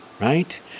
right